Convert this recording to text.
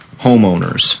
homeowners